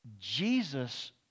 Jesus